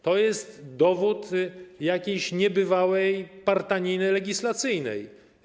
To jest dowód jakiejś niebywałej partaniny legislacyjnej.